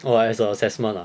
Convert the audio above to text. oh as a assessment ah